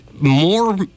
more –